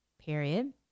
period